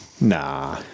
Nah